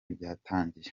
byatangiye